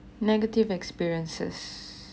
negative experiences